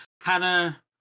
Hannah